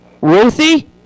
Ruthie